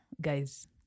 guys